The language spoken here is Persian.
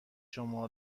شما